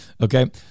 Okay